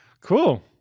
Cool